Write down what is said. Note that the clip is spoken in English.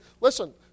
listen